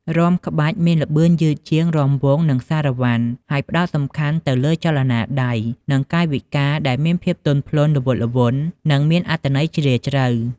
រាំក្បាច់មានល្បឿនយឺតជាងរាំវង់ និងសារ៉ាវ៉ាន់ ហើយផ្តោតសំខាន់ទៅលើចលនាដៃ និងកាយវិការដែលមានភាពទន់ភ្លន់ ល្វត់ល្វន់ និងមានអត្ថន័យជ្រាលជ្រៅ។